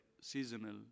seasonal